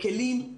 מקלים,